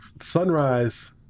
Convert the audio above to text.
Sunrise